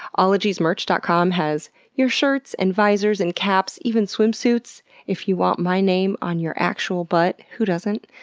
ologiesmerch dot com has your shirts, and visors, and caps, even swimsuits if you want my name on your actual butt. who doesn't?